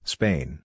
Spain